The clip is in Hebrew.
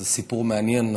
זה סיפור מעניין.